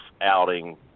outing